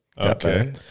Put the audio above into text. Okay